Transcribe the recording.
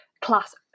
class